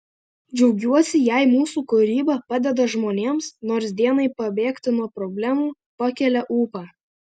džiaugiuosi jei mūsų kūryba padeda žmonėms nors dienai pabėgti nuo problemų pakelia ūpą